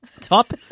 top